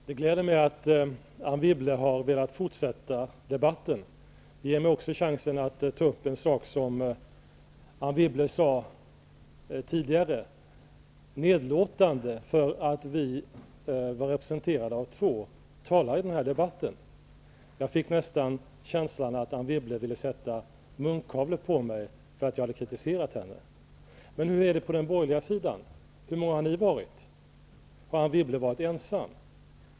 Herr talman! Det gläder mig att Anne Wibble vill fortsätta debatten. Det ger mig också chansen att ta upp något som Anne Wibble tidigare nedlåtande sade om att vi socialdemokrater var representerade av två talare i denna debatt. Jag fick nästan en känsla av att Anne Wibble ville sätta en munkavle på mig för att jag hade kritiserat henne. Men hur är det på den borgerliga sidan? Hur många har ni varit? Har Anne Wibble varit ensam?